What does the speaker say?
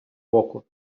боку